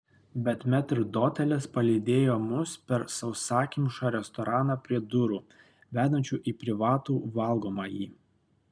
bet metrdotelis palydėjo mus per sausakimšą restoraną prie durų vedančių į privatų valgomąjį